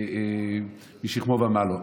הוא משכמו ומעלה.